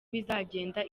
bizagenda